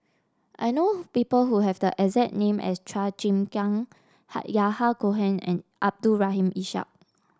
I know people who have the exact name as Chua Chim Kang Yahya Cohen and Abdul Rahim Ishak